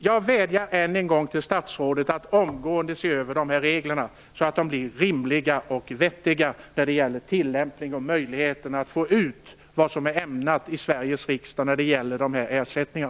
Jag vädjar än en gång till statsrådet att omgående se över reglerna så att de blir rimliga och vettiga när det gäller tillämpningen och möjligheterna att få ut det som är ämnat i Sveriges riksdag i form av ersättningar.